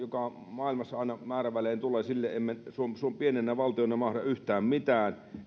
maailmassa aina määrävälein tulee sille emme pienenä valtiona mahda yhtään mitään